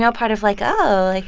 yeah part of, like, oh, like